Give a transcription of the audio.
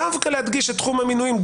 דווקא להדגיש את תחום המינויים,